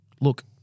look